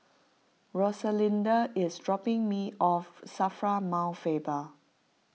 Rosalinda is dropping me off Safra Mount Faber